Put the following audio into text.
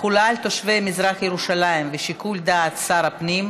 תחולה על תושבי מזרח ירושלים ושיקול דעת שר הפנים),